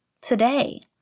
today